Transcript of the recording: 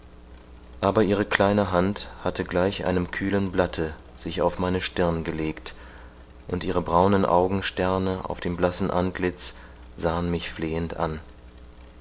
aber ihre kleine hand hatte gleich einem kühlen blatte sich auf meine stirn gelegt und ihre braunen augensterne auf dem blassen antlitz sahen mich flehend an